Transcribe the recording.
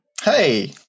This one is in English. Hey